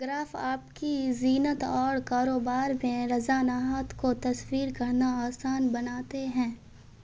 graph آپ کی زینت اور کاروبار میں رحجانات کو تصویر کرنا آسان بناتے ہیں